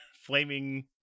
flaming